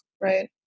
Right